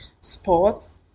sports